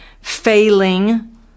failing